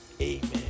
Amen